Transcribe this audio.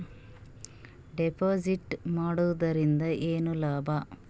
Deposit ಮಾಡುದರಿಂದ ಏನು ಲಾಭ?